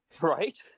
Right